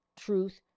Truth